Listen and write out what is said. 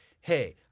hey